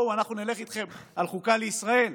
אנחנו נלך אתכם על חוקה לישראל,